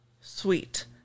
Sweet